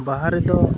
ᱵᱟᱦᱟ ᱨᱮᱫᱚ